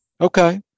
Okay